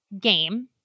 game